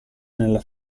nella